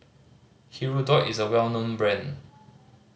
hirudoid is a well known brand